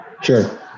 Sure